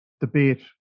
debate